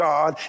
God